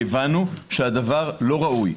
כי הבנו שהדבר לא ראוי.